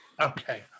Okay